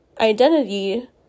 identity